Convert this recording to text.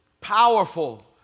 powerful